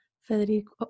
Federico